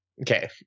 Okay